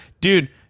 Dude